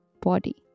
body